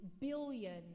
billion